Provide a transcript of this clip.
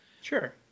sure